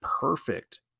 perfect